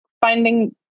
finding